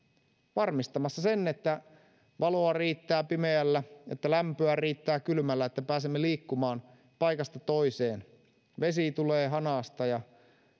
varmistamassa sen että valoa riittää pimeällä että lämpöä riittää kylmällä että pääsemme liikkumaan paikasta toiseen että vesi tulee hanasta ja että